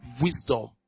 Wisdom